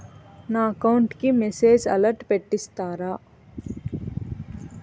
నా అకౌంట్ కి message alert పెట్టిస్తారా